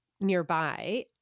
nearby